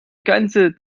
ganze